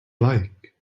like